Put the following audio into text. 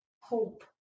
hope